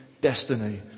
destiny